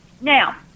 Now